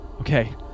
Okay